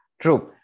True